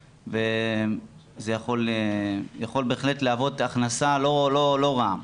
וזה יכול בהחלט להוות הכנסה לא רעה.